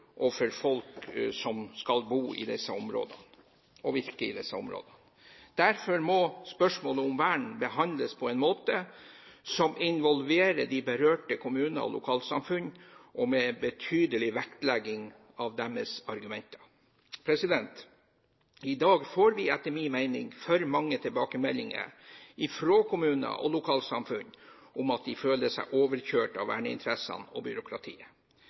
og for folk som skal bo og virke i disse områdene. Derfor må spørsmålet om vern behandles på en måte som involverer de berørte kommuner og lokalsamfunn, og med en betydelig vektlegging av deres argumenter. I dag får vi etter min mening for mange tilbakemeldinger fra kommuner og lokalsamfunn om at de føler seg overkjørt av verneinteressene og byråkratiet.